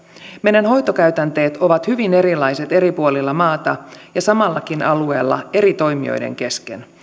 meidän hoitokäytänteet ovat hyvin erilaiset eri puolilla maata ja samallakin alueella eri toimijoiden kesken